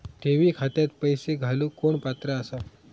ठेवी खात्यात पैसे घालूक कोण पात्र आसा?